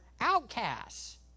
outcasts